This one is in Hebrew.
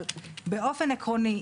אבל באופן עקרוני,